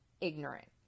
ignorant